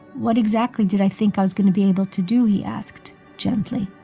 what exactly did i think i was going to be able to do, he asked gently.